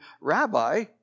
Rabbi